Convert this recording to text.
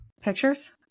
pictures